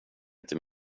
inte